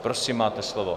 Prosím, máte slovo.